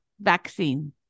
vaccine